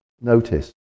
notice